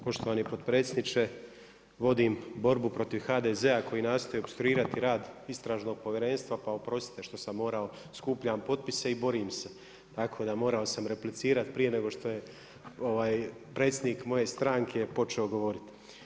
Poštovani potpredsjedniče, vodim borbu protiv HDZ-a koji nastoji opstruirati rad Istražnog povjerenstva pa oprostite što sam morao, skupljam potpise i borim se, tako da morao sa replicirati prije nego što je predsjednik moje stranke počeo govoriti.